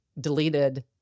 deleted